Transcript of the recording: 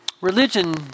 Religion